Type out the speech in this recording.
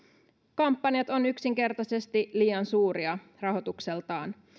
kampanjat ovat yksinkertaisesti liian suuria rahoitukseltaan